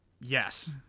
Yes